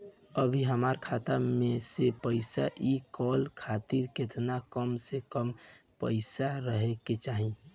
अभीहमरा खाता मे से पैसा इ कॉल खातिर केतना कम से कम पैसा रहे के चाही?